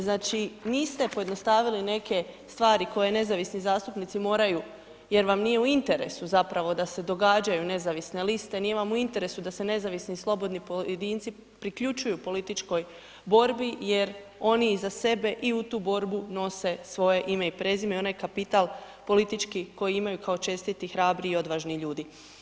Znači niste pojednostavili neke stvari koje nezavisni zastupnici moraju jer vam nije u interesu zapravo da se događaju nezavisne liste, nije vam u interesu da se nezavisni, slobodni pojedinci priključuju političkoj borbi jer oni i za sebe i u tu borbu nose svoje ime i prezime i onaj kapital politički koji imaju kao čestiti, hrabri i odvažni ljudi.